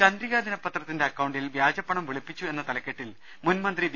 ചന്ദ്രിക ദിനപത്രത്തിന്റെ അക്കൌണ്ടിൽ വ്യാജപ്പണം വെളുപ്പിച്ചു എന്ന തലക്കെട്ടിൽ മുൻമന്ത്രി വി